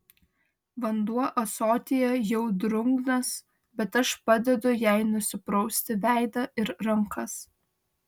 vanduo ąsotyje jau drungnas bet aš padedu jai nusiprausti veidą ir rankas